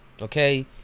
Okay